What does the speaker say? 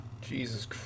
Jesus